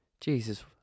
Jesus